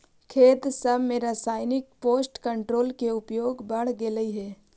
खेत सब में रासायनिक पेस्ट कंट्रोल के उपयोग बढ़ गेलई हे